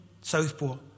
Southport